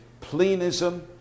plenism